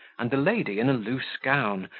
and the lady in a loose gown,